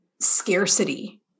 scarcity